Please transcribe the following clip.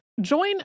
Join